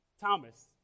Thomas